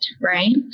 right